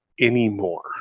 Anymore